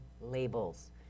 labels